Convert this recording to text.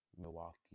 Milwaukee